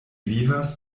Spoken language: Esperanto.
vivas